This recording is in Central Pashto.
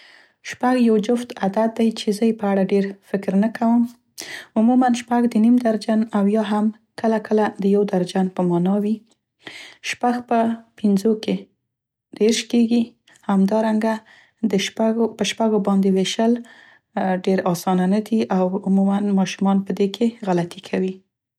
شپږ یو جفت عدد دی چې زه یې په اړه ډير فکر نه کوم. عموماً شپږ د نیم درجن او یا هم کله کله د یو درجن په معنا وي. شپږ په پینځو کې دیرش کیږي. همدرانګه د شپږو، په شپږو باندې ویشل ډير اسانه نه دي او عموماً ماشومان په دې کې غلطي کوي.